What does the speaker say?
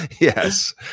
Yes